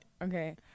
Okay